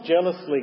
jealously